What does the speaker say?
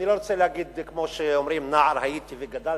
אני לא רוצה לומר כמו שאומרים: נער הייתי וגדלתי,